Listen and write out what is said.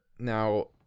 Now